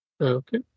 Okay